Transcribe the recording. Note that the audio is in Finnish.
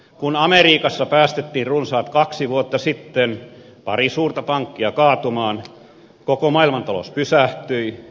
kun amerikassa päästettiin runsaat kaksi vuotta sitten pari suurta pankkia kaatumaan koko maailmantalous pysähtyi